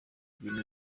ibindi